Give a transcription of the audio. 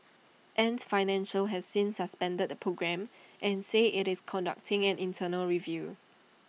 ants financial has since suspended the programme and says IT is conducting an internal review